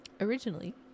originally